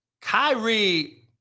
Kyrie